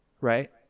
right